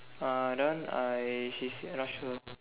uh that one I he I not sure